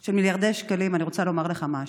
של מיליארדי שקלים אני רוצה לומר לך משהו.